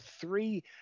three